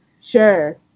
sure